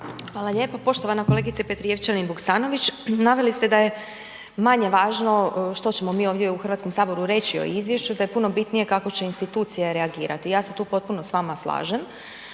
Hvala lijepo. Poštovana kolegice Petrijevčanin Vuksanović, naveli ste da je manje važno što ćemo mi ovdje u HS reći o izvješću, da je puno bitnije kako će institucije reagirati, ja se tu potpuno s vama slažem.